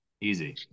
Easy